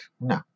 No